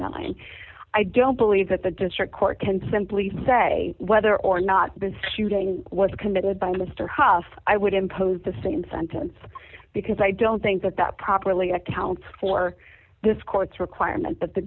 nine i don't believe that the district court can simply say whether or not been shooting was committed by mr hough i would impose the same sentence because i don't think that that properly accounts for this court's requirement that the